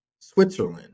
Switzerland